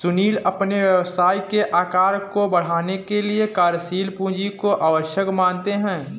सुनील अपने व्यवसाय के आकार को बढ़ाने के लिए कार्यशील पूंजी को आवश्यक मानते हैं